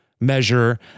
measure